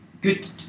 good